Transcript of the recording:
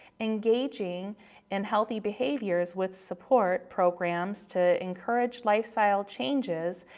engaging in healthy behaviors with support programs to encourage lifestyle changes,